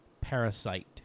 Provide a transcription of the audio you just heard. parasite